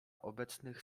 obecnych